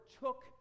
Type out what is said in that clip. took